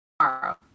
Tomorrow